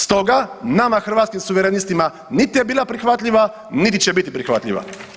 Stoga nama Hrvatskim suverenistima nit je bila prihvatljiva, niti će biti prihvatljiva.